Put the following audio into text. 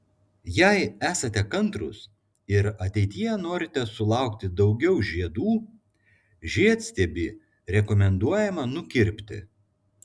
jei esate kantrūs ir ateityje norite sulaukti daugiau žiedų žiedstiebį rekomenduojama nukirpti